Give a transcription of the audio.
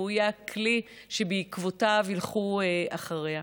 והוא יהיה הכלי שבעקבותיו ילכו אחריה.